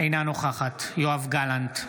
אינה נוכחת יואב גלנט,